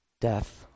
death